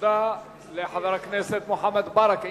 תודה לחבר הכנסת מוחמד ברכה.